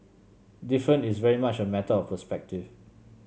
different is very much a matter of perspective